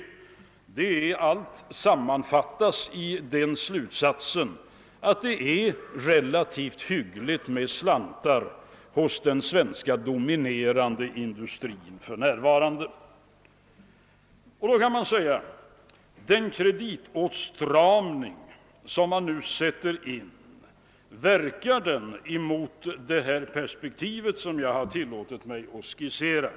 Allt detta kan sammanfattas i den slutsatsen att den dominerande delen av den svenska industrin för närvarande har relativt mycket pengar till sitt förfogande. Man kan då ställa frågan, om den kreditåtstramning som vi nu sätter in har någon. verkan i det perspektiv som jag tillåtit mig skissera.